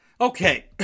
Okay